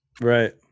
right